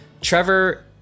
Trevor